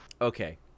Okay